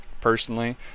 Personally